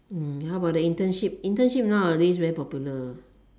mm how about the internship internship nowadays very popular